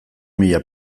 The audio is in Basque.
mila